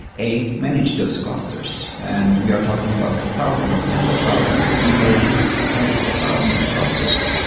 a, manage those clusters, and we are talking about so thousands, tens of thousands, easily hundreds of thousands of clusters.